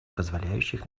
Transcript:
позволяющих